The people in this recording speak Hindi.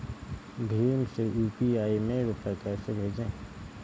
भीम से यू.पी.आई में रूपए कैसे भेजें?